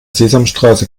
sesamstraße